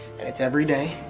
and it's every day